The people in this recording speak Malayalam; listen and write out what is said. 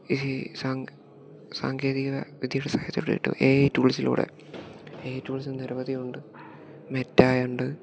ഈ സാങ്കേതികവിദ്യയുടെ സഹായത്തോടായിട്ടും എ ഐ ടൂൾസിലൂടെ എ ഐ ടൂൾസ് നിരവധിയുണ്ട് മെറ്റായുണ്ട്